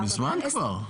מזמן כבר,